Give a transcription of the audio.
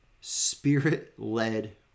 spirit-led